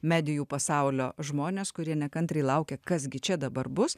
medijų pasaulio žmonės kurie nekantriai laukia kas gi čia dabar bus